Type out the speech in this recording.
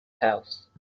house